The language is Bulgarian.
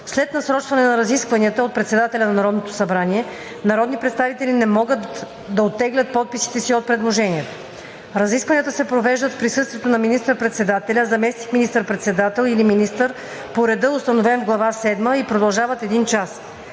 След насрочване на разискванията от председателя на Народното събрание народни представители не могат да оттеглят подписите си от предложението. Разискванията се провеждат в присъствието на министър-председателя, заместник министър-председател или министър по реда, установен в глава седма, и продължават един час.